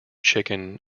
chicken